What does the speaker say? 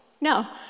No